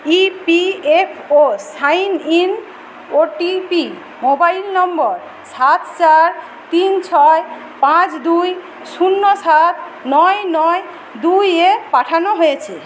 EPFO sign in OTP mobile number সাত চার তিন ছয় পাঁচ দুই শূন্য সাত নয় নয় দুইয়ে পাঠানো হয়েছে